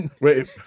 wait